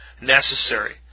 necessary